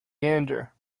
gander